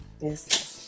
yes